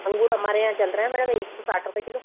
अंगूर हमारे यहाँ चल रहे है मेडम एक सौ साठ रुपए किलो